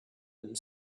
and